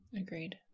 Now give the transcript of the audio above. agreed